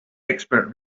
expert